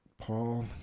Paul